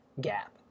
gap